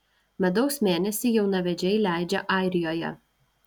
medaus mėnesį jaunavedžiai leidžia airijoje